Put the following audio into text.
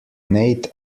nate